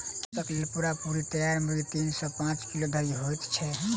मौसक लेल पूरा पूरी तैयार मुर्गी तीन सॅ पांच किलो धरि होइत छै